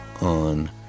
On